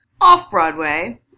Off-Broadway